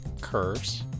curse